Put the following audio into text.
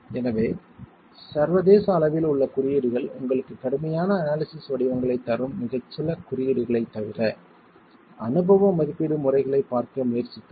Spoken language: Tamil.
எனவே சர்வதேச அளவில் உள்ள குறியீடுகள் உங்களுக்கு கடுமையான அனாலிசிஸ் வடிவங்களைத் தரும் மிகச் சில குறியீடுகளைத் தவிர அனுபவ மதிப்பீடு முறைகளைப் பார்க்க முயற்சித்தன